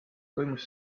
toimus